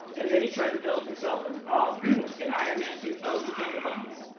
and then he tried to build himself and ah an iron man suit. oh, you found the buttons.